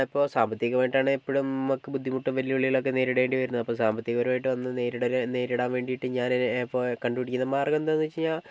ഇപ്പോൾ സാമ്പത്തികമായിട്ടാണ് എപ്പോഴും നമുക്ക് ബുദ്ധിമുട്ടും വെല്ലുവിളികളും ഒക്കെ നേരിടേണ്ടി വരുന്നത് അപ്പോൾ സാമ്പത്തികപരമായിട്ട് വന്നാൽ നേരിട നേരിടാൻ വേണ്ടിയിട്ട് ഞാനൊരു ഇപ്പോൾ കണ്ടുപിടിക്കുന്ന മാർഗം എന്താണെന്ന് വെച്ചുകഴിഞ്ഞാൽ